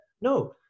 No